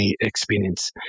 experience